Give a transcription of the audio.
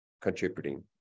contributing